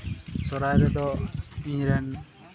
ᱥᱚᱦᱨᱟᱭ ᱨᱮᱫᱚ ᱤᱧᱨᱮᱱ